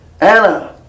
Anna